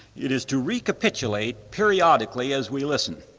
it is to recapitulate periodically as we listen.